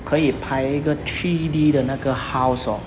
可以拍一个 three D 的那个 house orh